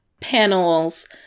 panels